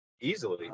easily